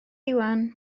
iwan